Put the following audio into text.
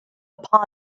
upon